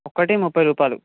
ఒకటి ముప్పై రూపాయలు